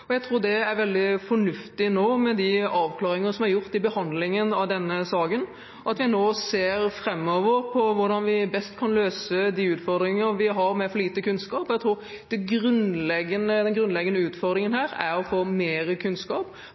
ansvar. Jeg tror det er veldig fornuftig med de avklaringer som er gjort i behandlingen av denne saken, at vi nå framover ser på hvordan vi best kan løse de utfordringer vi har med for lite kunnskap. Jeg tror at den grunnleggende utfordringen her er å få mer kunnskap.